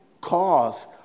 cause